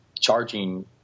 charging